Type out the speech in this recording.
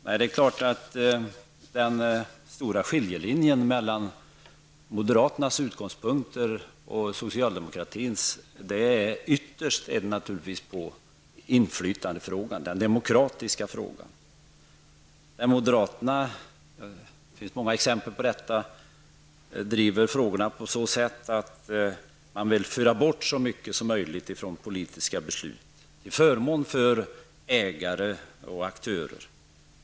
Den stora skiljelinjen mellan moderaterna och socialdemokratin gäller naturligtivs ytterst inflytandefrågan, demokratifrågan. Det finns många exempel på att moderaterna driver frågorna på så sätt, att de vill föra bort så mycket som möjligt från politiska beslut till förmån för ägare och aktörer.